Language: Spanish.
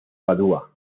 padua